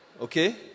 Okay